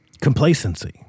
Complacency